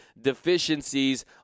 deficiencies